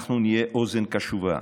אנחנו נהיה אוזן קשובה